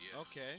Okay